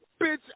Bitch